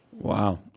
Wow